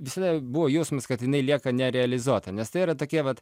visada buvo jausmas kad jinai lieka nerealizuota nes tai yra tokie vat